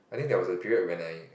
I think there was a period when I